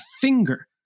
finger